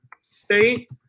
State